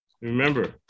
Remember